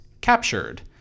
captured